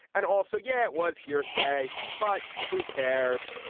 and also yeah it was hearsay but who cares.